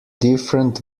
different